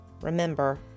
remember